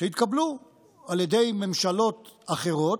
שהתקבלו על ידי ממשלות אחרות,